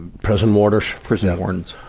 ah. prison wardens. prison wardens.